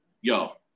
yo